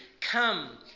come